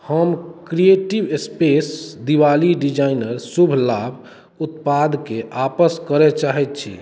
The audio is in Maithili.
हम क्रिएटिव स्पेस दिवाली डिजाइनर शुभ लाभ उत्पादकेँ वापस करय चाहैत छी